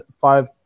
five